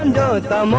um da da